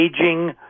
aging